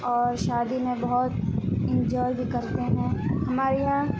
اور شادی میں بہت انجوائے بھی کرتے ہیں ہمارے یہاں